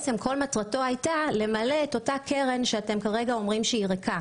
כל מטרת החוק הייתה למלא קרן שנטען שהיא ריקה